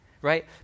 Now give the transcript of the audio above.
right